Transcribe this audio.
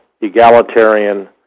egalitarian